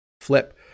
Flip